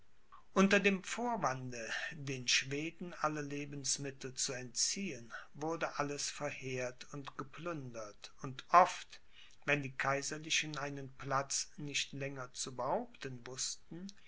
unter dem vorwande den schweden alle lebensmittel zu entziehen wurde alles verheert und geplündert und oft wenn die kaiserlichen einen platz nicht länger zu behaupten wußten